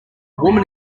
woman